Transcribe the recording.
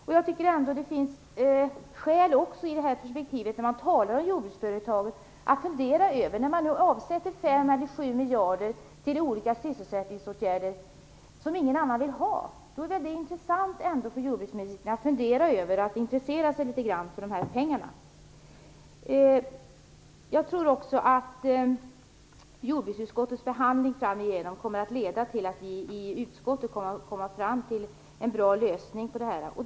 När man talar om jordbruksföretagen finns det ändå skäl att fundera över de 5 eller 7 miljarder som avsätts för olika sysselsättningsåtgärder som ingen vill ha. Det borde vara intressant för jordbruksministern att intressera sig litet grand för dessa pengar. Jag tror också att jordbruksutskottets behandling framgent kommer att leda till att vi i utskottet kommer fram till en bra lösning på frågan.